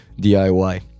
DIY